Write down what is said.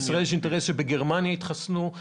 לישראל יש אינטרס שבגרמניה יתחסנו,